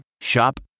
Shop